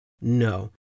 No